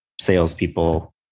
salespeople